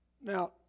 Now